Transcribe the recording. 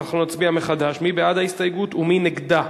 אנחנו נצביע מחדש, מי בעד ההסתייגות ומי נגדה.